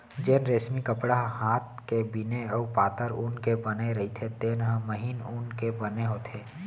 जेन रेसमी कपड़ा ह हात के बिने अउ पातर ऊन के बने रइथे तेन हर महीन ऊन के बने होथे